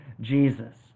Jesus